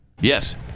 Yes